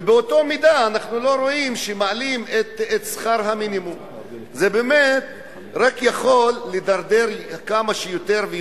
ואנחנו לא רואים שמעלים באותה מידה את שכר המינימום.